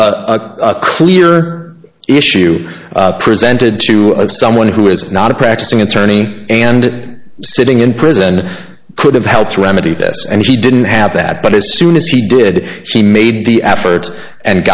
a clear issue presented to someone who is not a practicing attorney and sitting in prison could have helped to remedy this and she didn't have that but as soon as she did she made the effort and